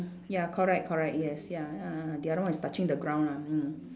ya correct correct yes ya uh the another is touching the ground lah mm